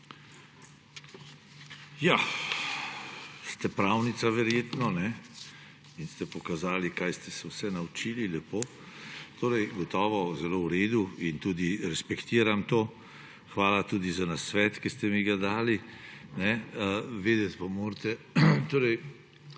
Ja, ste pravnica verjetno in ste pokazali, kaj ste se vse naučili. Lepo. Gotovo zelo v redu in tudi respektiram to. Hvala tudi za nasvet, ki ste mi ga dali. Vedeti pa morate,